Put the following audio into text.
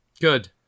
Good